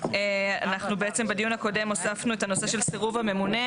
אנחנו בעצם בדיון הקודם הוספנו את הנושא של סירוב הממונה,